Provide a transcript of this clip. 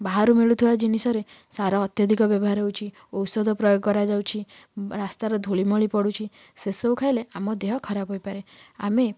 ବାହାରୁ ମିଳୁଥିବା ଜିନିଷରେ ସାର ଅତ୍ୟଧିକ ବ୍ୟବହାର ହେଉଛି ଔଷଧ ପ୍ରୟୋଗ କରାଯାଉଛି ରାସ୍ତାର ଧୂଳି ମଳି ପଡ଼ୁଛି ସେ ସବୁ ଖାଇଲେ ଆମ ଦେହ ଖରାପ ହୋଇପାରେ ଆମେ